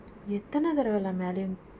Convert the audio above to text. எத்தனை தடவே:ethanai thadavei lah மேலையும்:meleiyum